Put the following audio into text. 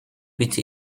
bitte